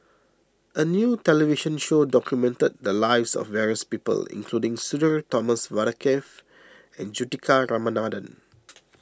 a new television show documented the lives of various people including Sudhir Thomas Vadaketh and Juthika Ramanathan